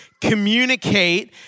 communicate